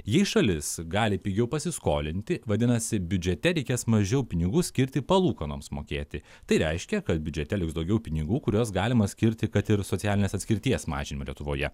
jei šalis gali pigiau pasiskolinti vadinasi biudžete reikės mažiau pinigų skirti palūkanoms mokėti tai reiškia kad biudžete liks daugiau pinigų kuriuos galima skirti kad ir socialinės atskirties mažinimo lietuvoje